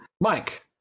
Mike